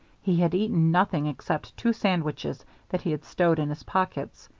he had eaten nothing except two sandwiches that he had stowed in his pockets.